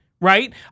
right